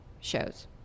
shows